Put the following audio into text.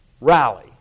rally